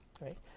right